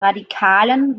radikalen